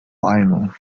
final